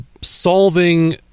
solving